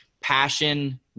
passion